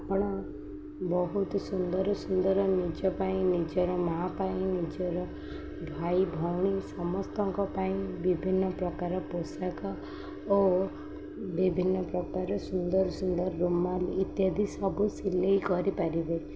ଆପଣ ବହୁତ ସୁନ୍ଦର ସୁନ୍ଦର ନିଜ ପାଇଁ ନିଜର ମାଆ ପାଇଁ ନିଜର ଭାଇ ଭଉଣୀ ସମସ୍ତଙ୍କ ପାଇଁ ବିଭିନ୍ନ ପ୍ରକାର ପୋଷାକ ଓ ବିଭିନ୍ନ ପ୍ରକାର ସୁନ୍ଦର ସୁନ୍ଦର ରୁମାଲ ଇତ୍ୟାଦି ସବୁ ସିଲେଇ କରିପାରିବେ